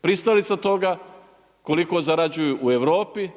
pristalica toga koliko zarađuju u Europi